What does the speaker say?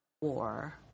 war